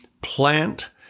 plant